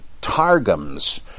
targums